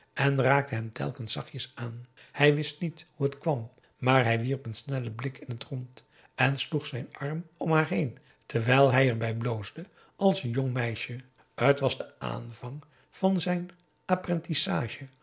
en raakte hem telkens zachtjes aan hij wist niet hoe het kwam maar hij wierp een snellen blik in het rond en sloeg zijn arm om haar heen terwijl hij erbij p a daum hoe hij raad van indië werd onder ps maurits bloosde als een jong meisje t was de aanvang van zijn